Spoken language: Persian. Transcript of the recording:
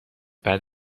بعد